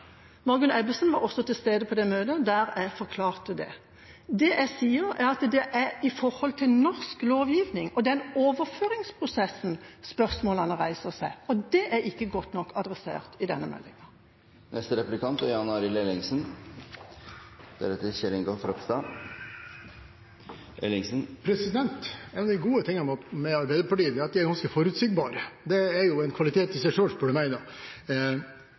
Margunn Ebbesen var også til stede på det møte der jeg forklarte det. Det jeg sier, er at det er med hensyn til norsk lovgivning og overføringsprosessen i den forbindelse spørsmålene reiser seg, og det er ikke godt nok adressert i denne meldinga. En av de gode tingene med Arbeiderpartiet er at de er ganske forutsigbare. Det er en kvalitet i seg selv, spør du meg. Jeg er også glad for at representanten Kari Henriksen er så